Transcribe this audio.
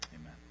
Amen